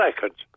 seconds